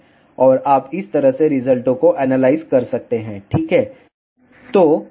और आप इस तरह से रिजल्टों को एनालाइज कर सकते हैं ठीक है